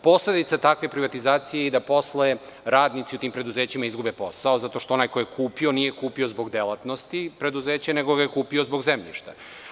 Posledica takve privatizacije je i da posle radnici u tim preduzećima izgube posao, zato što onaj ko je kupio, nije kupio zbog delatnosti preduzeće, nego je kupio zbog zemljišta.